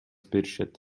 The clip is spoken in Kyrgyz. беришет